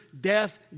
death